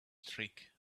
streak